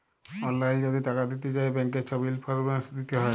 অললাইল যদি টাকা দিতে চায় ব্যাংকের ছব ইলফরমেশল দিতে হ্যয়